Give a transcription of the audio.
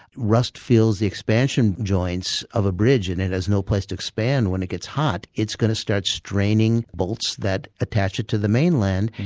rust fills the expansion joints of a bridge and it has no place to expand when it gets hot, it's going to start straining bolts that attach it to the mainland,